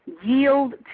yield